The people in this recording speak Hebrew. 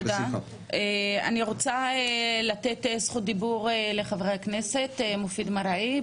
אני רוצה לתת זכות דיבור לחה"כ מופיד מרעי,